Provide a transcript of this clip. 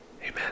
Amen